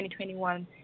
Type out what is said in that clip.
2021